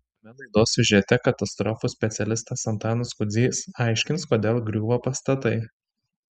kitame laidos siužete katastrofų specialistas antanas kudzys aiškins kodėl griūva pastatai